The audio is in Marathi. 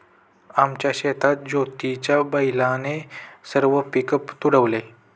आमच्या शेतात ज्योतीच्या बैलाने सर्व पीक तुडवले